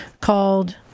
called